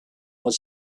was